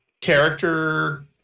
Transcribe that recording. character